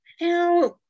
Now